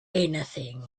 anything